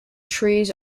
trees